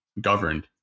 governed